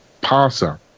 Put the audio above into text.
passer